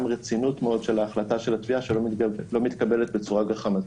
רצינות של החלטת התביעה שלא מתקבלת בצורה גחמתית.